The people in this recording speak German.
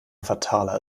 fataler